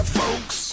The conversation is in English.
folks